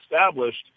established